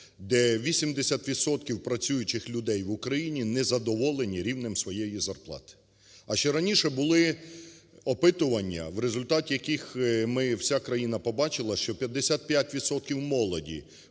працюючих людей в Україні не задоволені рівнем своєї зарплати. А ще раніше були опитування, в результаті яких ми, вся країна побачила, що 55